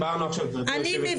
אני לא